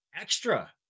extra